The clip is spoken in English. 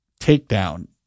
takedown